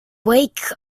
wake